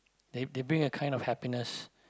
they they bring a kind of happiness